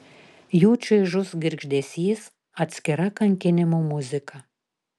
jų čaižus girgždesys atskira kankinimų muzika